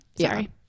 Sorry